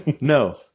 No